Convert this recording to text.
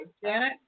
Janet